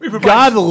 God